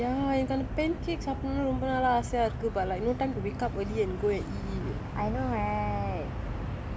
from mcdonald's is it ya எனக்கு அந்த:enakku antha pen cake சாப்பிடனுனு ரொம்ப நாளா ஆசையா இருக்கு:sappidanunu romba naala aasaya irukku but like no time to wake up early and go and eat